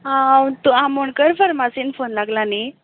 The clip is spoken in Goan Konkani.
आमोणकर फर्मासींत पोन लागला न्ही